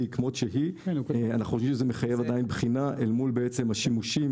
כמו שהיא אנחנו חושבים שזה מחייב עדיין בחינה מול השימושים